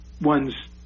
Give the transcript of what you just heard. ones